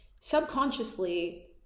subconsciously